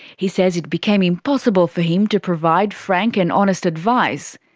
he says it became impossible for him to provide frank and honest advice.